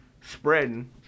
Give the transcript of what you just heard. spreading